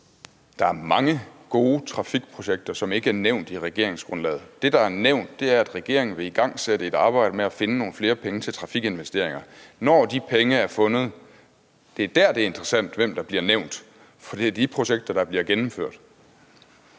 Der er mange gode trafikprojekter, som ikke er nævnt i regeringsgrundlaget. Det, der er nævnt, er, at regeringen vil igangsætte et arbejde med at finde flere penge til trafikinvesteringer. Det er, når de penge er fundet, det er interessant, hvem der bliver nævnt, for det er de projekter, der bliver gennemført.